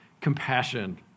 compassion